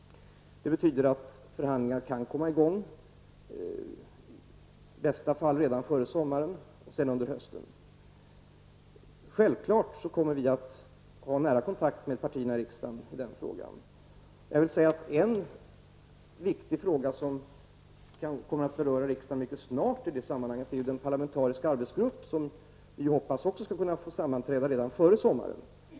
Det betyder att förhandlingar kan komma i gång, i bästa fall redan före sommaren, för att sedan fortsätta under hösten. Självfallet kommer vi att ha nära kontakt med partierna i riksdagen i den frågan. En viktig faktor som kan komma att beröra riksdagen mycket snart i det sammanhanget är den parlamentariska arbetsgrupp som vi hoppas också skall få sammanträda redan före sommaren.